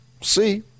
See